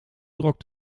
trok